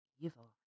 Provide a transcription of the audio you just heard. evil